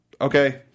Okay